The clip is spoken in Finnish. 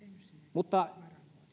mutta